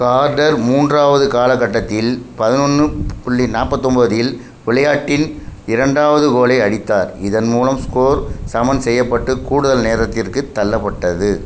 Carter மூன்றாவது காலக்கட்டத்தில் பதினொன்று புள்ளி நாற்பத்தொம்போதில் விளையாட்டின் இரண்டாவது கோலை அடித்தார் இதன் மூலம் ஸ்கோர் சமன் செய்யப்பட்டுக் கூடுதல் நேரத்திற்குத் தள்ளப்பட்டது